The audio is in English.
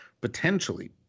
potentially